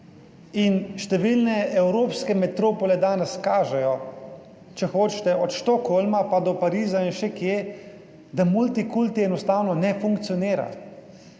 številne evropske metropole danes kažejo, če hočete, od Stockholma pa do Pariza in še kje, da multikulti enostavno ne funkcionira